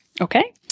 okay